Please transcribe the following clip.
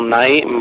night